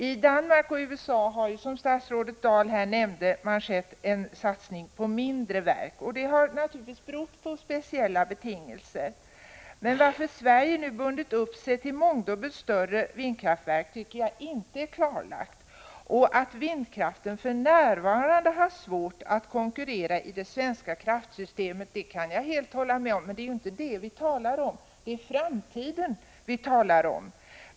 I Danmark och i USA har det ju, som statsrådet Dahl här nämnde, skett en satsning på mindre verk. Det har naturligtvis haft speciella betingelser. Varför Sverige nu bundit upp sig för mångdubbelt större vindkraftverk tycker jag inte är klarlagt. Att vindkraften för närvarande har svårt att konkurrera i det svenska kraftsystemet kan jag helt hålla med om, men det är ju inte det vi talar om — det är framtiden vi talar om.